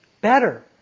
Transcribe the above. better